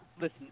listen